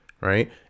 Right